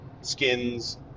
skins